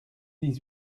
dix